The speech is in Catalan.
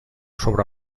sobre